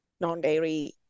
non-dairy